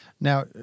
Now